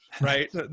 right